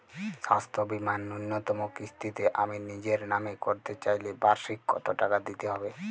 স্বাস্থ্য বীমার ন্যুনতম কিস্তিতে আমি নিজের নামে করতে চাইলে বার্ষিক কত টাকা দিতে হবে?